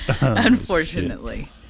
Unfortunately